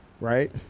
right